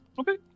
okay